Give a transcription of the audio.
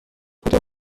کوتاه